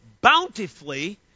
bountifully